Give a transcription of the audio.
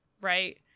Right